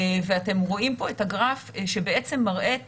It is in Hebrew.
ואתם רואים פה את הגרף שבעצם מראה את